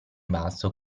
basso